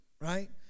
right